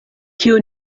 kiu